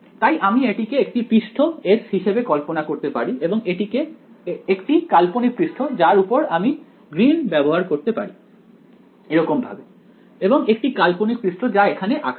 তাই আমি এটিকে একটি পৃষ্ঠ S হিসেবে কল্পনা করতে পারি এবং একটি কাল্পনিক পৃষ্ঠ যার উপর আমি গ্রীন ব্যবহার করতে পারি এরকমভাবে এবং একটি কাল্পনিক পৃষ্ঠ যা এখানে আঁকা আছে